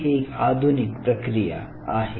ही एक आधुनिक प्रक्रिया आहे